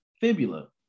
fibula